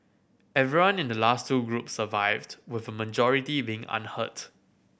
everyone in the last two groups survived with a majority being unhurt